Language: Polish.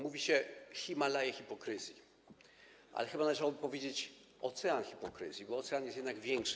Mówi się „Himalaje hipokryzji”, ale chyba należałoby powiedzieć „ocean hipokryzji”, bo ocean jest jednak większy.